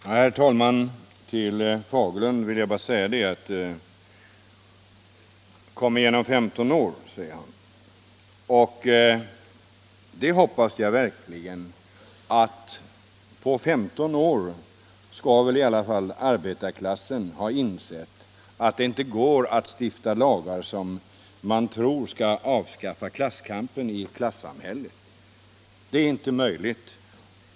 Herr talman! Kom igen om 15 år, säger herr Fagerlund. Jag hoppas verkligen att arbetarklassen om 15 år i alla fall skall ha insett att det inte går att stifta lagar som man tror skall avskaffa klasskampen och klassamhället. Det är inte möjligt.